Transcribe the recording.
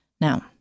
Now